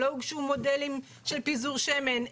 לא הוגשו מודלים של פיזור שמן,